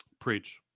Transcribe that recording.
Preach